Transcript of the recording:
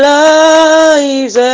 lives